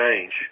change